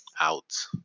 Out